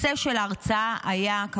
הנושא של ההרצאה היה,